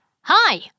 Hi